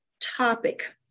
topic